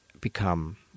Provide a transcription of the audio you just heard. become